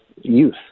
youth